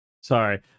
sorry